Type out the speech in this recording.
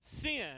sin